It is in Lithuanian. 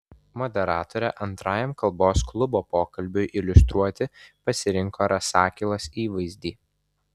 moderatorė antrajam kalbos klubo pokalbiui iliustruoti pasirinko rasakilos įvaizdį